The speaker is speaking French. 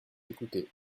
écoutée